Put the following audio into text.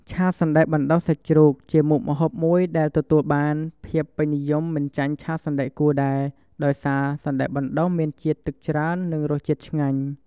ឆាសណ្តែកបណ្តុះសាច់ជ្រូក ជាមុខម្ហូបមួយដែលទទួលបានភាពពេញនិយមមិនចាញ់ឆាសណ្តែកគួរដែរ ដោយសារសណ្តែកបណ្តុះមានជាតិទឹកច្រើន និងរសជាតិឆ្ងាញ់។